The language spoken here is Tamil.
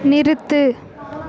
நிறுத்து